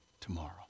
tomorrow